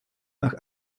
nach